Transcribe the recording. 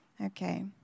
Okay